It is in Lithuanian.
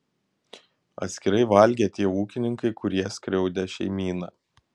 atskirai valgė tie ūkininkai kurie skriaudė šeimyną